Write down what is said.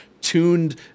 tuned